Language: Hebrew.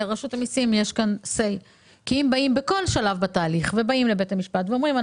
לרשות המיסים יש כאן say כי אם באים בכל שלב בתהליך לבית המשפט ואומרים,